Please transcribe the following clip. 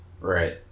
Right